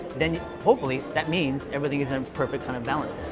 then hopefully, that means everything is in a perfect kind of balance.